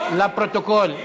לפרוטוקול.